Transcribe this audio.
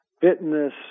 fitness